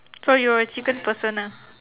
so you're a chicken person ah